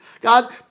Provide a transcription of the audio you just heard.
God